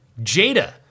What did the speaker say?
Jada